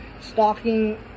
stalking